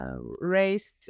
race